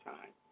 Time